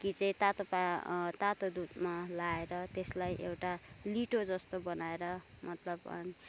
कि चाहिँ तातो पानी तातो दुधमा लाएर त्यसलाई एउटा लिटो जस्तो बनाएर मतलब